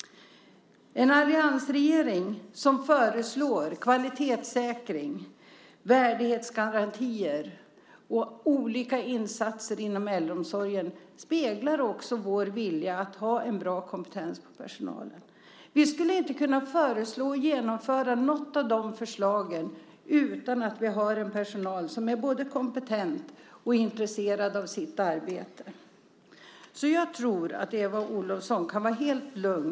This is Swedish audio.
En alliansregering som föreslår kvalitetssäkring, värdighetsgarantier och olika insatser inom äldreomsorgen speglar vår vilja att ha en bra kompetens hos personalen. Vi skulle inte kunna föreslå eller genomföra något av förslagen utan en personal som både är kompetent och intresserad av sitt arbete. Jag tror därför att Eva Olofsson kan vara helt lugn.